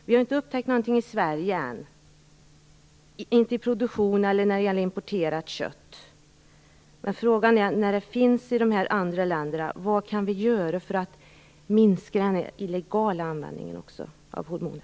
Vi har inte upptäckt någonting i Sverige ännu, vare sig i produktion eller importerat kött. Men vad kan vi göra för att minska den illegala användning av hormoner som finns i andra länder?